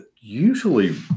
usually